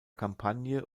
kampagne